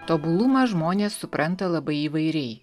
tobulumą žmonės supranta labai įvairiai